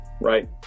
Right